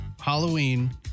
Halloween